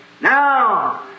Now